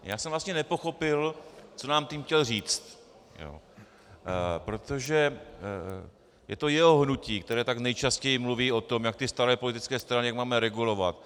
Já jsem vlastně nepochopil, co nám tím chtěl říct, protože to je jeho hnutí, které tak nejčastěji mluví o tom, jak ty staré politické strany máme regulovat.